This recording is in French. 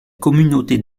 communauté